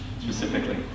specifically